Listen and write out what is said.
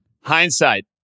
Hindsight